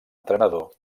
entrenador